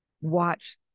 watch